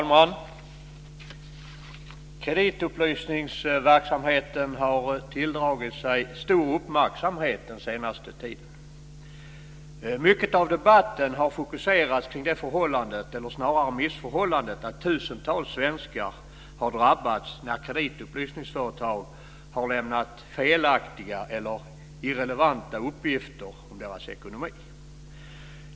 Fru talman! Kreditupplysningsverksamheten har tilldragit sig stor uppmärksamhet den senaste tiden. Mycket av debatten har fokuserats kring det förhållandet, eller snarare missförhållandet, att tusentals svenskar har drabbats när kreditupplysningsföretag har lämnat felaktiga eller irrelevanta uppgifter om deras ekonomi.